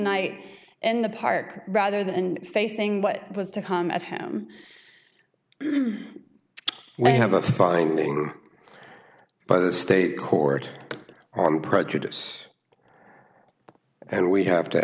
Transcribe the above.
night in the park rather than and facing what was to come at him we have a finding by the state court on prejudice and we have to